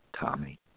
Tommy